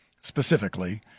specifically